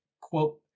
quote